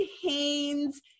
Haynes